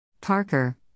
Parker